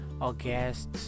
August